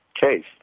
case